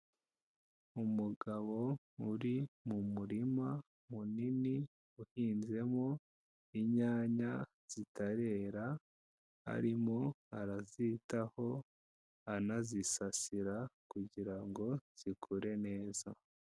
Umugabo uri mu murima munini uhinzemo inyanya zitarera, arimo arazitaho anazisasira kugira ngo zikure neza.